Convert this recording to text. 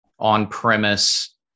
on-premise